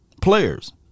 players